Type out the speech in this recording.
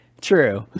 True